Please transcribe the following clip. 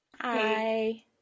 Hi